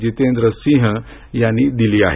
जितेंद्र सिंह यांनी दिली आहे